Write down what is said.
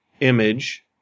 image